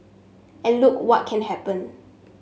and look what can happen